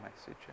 message